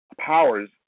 powers